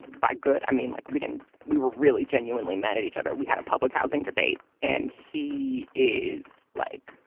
by good, i mean, like, we didn't we were really, genuinely mad at each other. we had a public housing debate. and he is like.